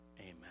Amen